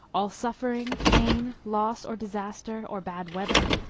all suffering, pain, loss, or disaster, or bad weather,